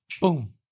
Boom